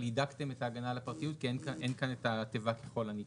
אבל הידקתם את ההגנה על הפרטיות כי אין כאן את התיבה 'ככל הניתן'.